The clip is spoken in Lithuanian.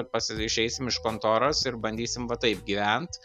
pas išeisim iš kontoros ir bandysim va taip gyvent